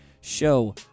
show